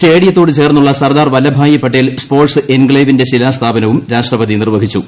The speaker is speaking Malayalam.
സ്റ്റേഡിയത്തോട് ചേർന്നുള്ള സർദാർ വല്പഭായി പട്ടേൽ സ്പോർട്സ് എൻക്ലേവിന്റെ ശിലാസ്ഥാപനവും രാഷ്ട്രപതി നിർവഹിച്ചു